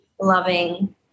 loving